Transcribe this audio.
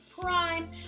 Prime